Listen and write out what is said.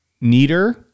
neater